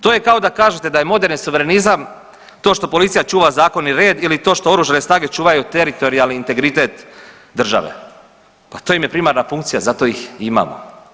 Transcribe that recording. To je kao da kažete da je moderni suverenizam to što policija čuva zakon i red ili to što oružane snage čuvaju teritorijalni integritet države, pa to im je primarna funkcija zato ih i imamo.